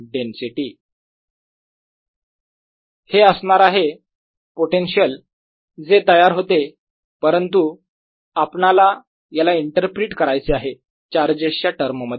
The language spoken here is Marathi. r rr r314π0Prr rr r3dV Vr14π0Prr rr r3dV हे असणार आहे पोटेन्शियल जे तयार होते परंतु आपणाला याला इंटरप्रिट करायचे आहे चार्जेसच्या टर्म मध्ये